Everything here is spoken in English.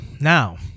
now